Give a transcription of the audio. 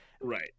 Right